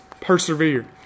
persevere